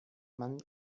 man